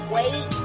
Wait